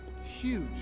Huge